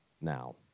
now